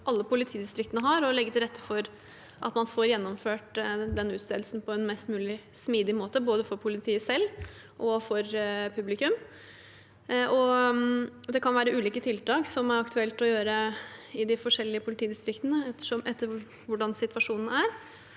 alle politidistriktene har, å legge til rette for at man får gjennomført den utstedelsen på en mest mulig smidig måte både for politiet selv og for publikum. Det kan være ulike tiltak som er aktuelle å gjøre i de forskjellige politidistriktene, etter hvordan situasjonen er.